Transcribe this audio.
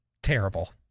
terrible